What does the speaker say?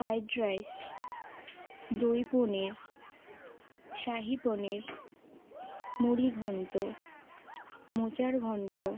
fried rice দই পনির শাহী পনির মুড়ি ঘণ্ট মোচার ঘণ্ট